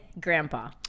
Grandpa